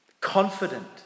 Confident